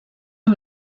amb